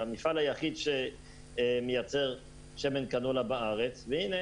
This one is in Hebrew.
המפעל היחיד שמייצר שמן קנולה בארץ, והינה